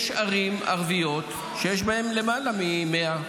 יש ערים ערביות שיש בהן למעלה מ-100,000,